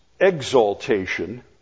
exaltation